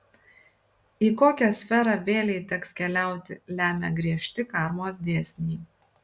į kokią sferą vėlei teks keliauti lemia griežti karmos dėsniai